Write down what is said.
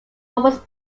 was